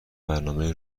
برنامه